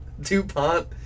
Dupont